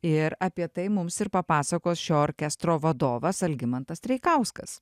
ir apie tai mums ir papasakos šio orkestro vadovas algimantas treikauskas